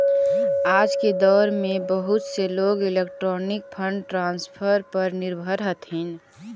आज के दौर में बहुत से लोग इलेक्ट्रॉनिक फंड ट्रांसफर पर निर्भर हथीन